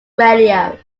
radio